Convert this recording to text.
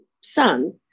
son